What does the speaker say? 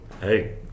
hey